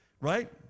Right